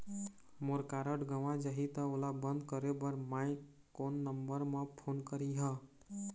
मोर card गंवा जाही त ओला बंद करें बर मैं कोन नंबर म फोन करिह?